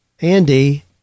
Andy